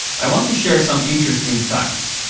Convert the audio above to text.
i want to share some interesting facts,